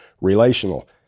relational